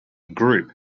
group